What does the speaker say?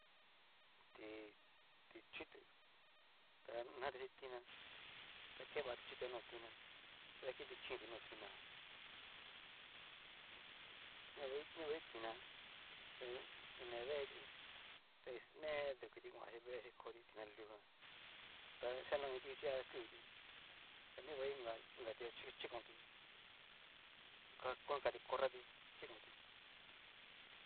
Ti ti'chutu, ta nati xin tina ta keva ti'chutu han no tina, chí daki chínti no tina jan, ujum nrivai nrivai tina ta ni ne deeti ta ne dukuiti kuanchi véexhi koti tiná lujan ta xiano iinti vichudia na kuti, nrivai inka inkati tu chi chikoti ka konakati corrati chikoti.